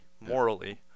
morally